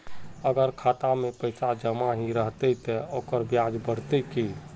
अगर खाता में पैसा जमा ही रहते ते ओकर ब्याज बढ़ते की?